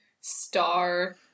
star